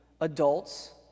adults